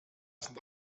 sind